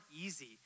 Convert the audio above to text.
easy